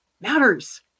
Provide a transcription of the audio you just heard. matters